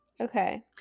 okay